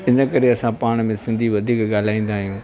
हिन करे असां पाण में सिंधी वधीक ॻाल्हाईंदा आहियूं